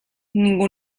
ningú